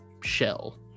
shell